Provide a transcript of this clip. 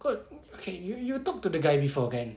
kau okay you you talk to the guy before kan